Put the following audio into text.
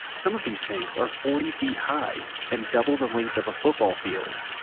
some of these tanks are forty feet high and double the length of a football field.